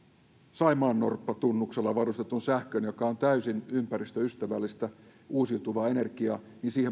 saimaannorppatunnuksella varustetun sähkön joka on täysin ympäristöystävällistä uusiutuvaa energiaa